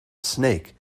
snake